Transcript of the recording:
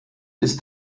ist